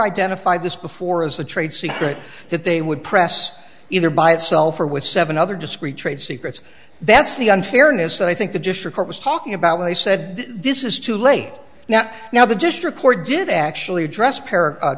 identified this before as a trade secret that they would press either by itself or with seven other discreet trade secrets that's the unfairness that i think the jewish report was talking about when they said this is too late now now the district court did actually address